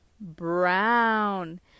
Brown